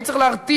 אני צריך להרתיע,